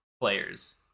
players